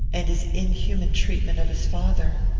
and his inhuman treatment of his father.